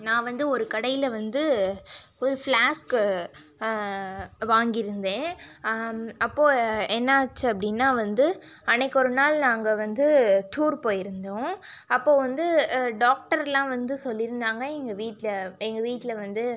நான் வந்து ஒரு கடையில் வந்து ஒரு ஃபிளாஸ்க்கு வாங்கிருந்தேன் அப்போ என்னாச்சு அப்படின்னா வந்து அன்னைக்கொரு நாள் நாங்கள் வந்து டூர் போயிருந்தோம் அப்போது வந்து டாக்டர்லாம் வந்து சொல்லிருந்தாங்கள் எங்கள் வீட்டில் எங்கள் வீட்டில் வந்து